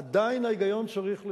עדיין ההיגיון צריך להיות,